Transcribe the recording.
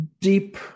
deep